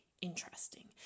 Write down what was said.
Interesting